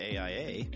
AIA